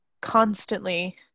constantly